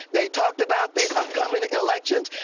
they talked about the upcoming elections.